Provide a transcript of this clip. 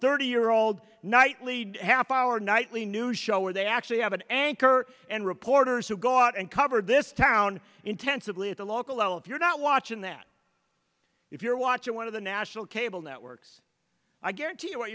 thirty year old nightly half hour nightly news show where they actually have an anchor and reporters who go out and cover this town intensively at the local level if you're not watching that if you're watching one of the national cable networks i guarantee you